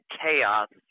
chaos